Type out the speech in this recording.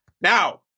Now